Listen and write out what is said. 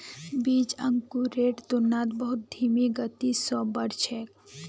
बीज अंकुरेर तुलनात बहुत धीमी गति स बढ़ छेक